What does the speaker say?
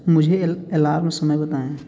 मुझे एल एलार्म समय बताएँ